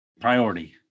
priority